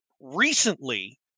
recently